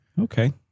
Okay